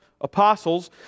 apostles